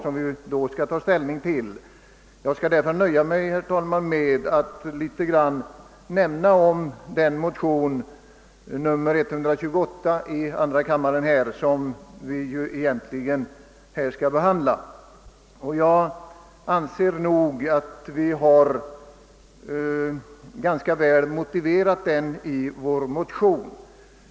Jag skall därför nöja mig med att något beröra motion nr 172 i denna kammare, som vi just nu behandlar. Enligt min uppfattning har vi lämnat en god motivering för denna motion.